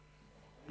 אני